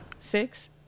Six